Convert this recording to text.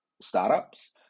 startups